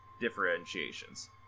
differentiations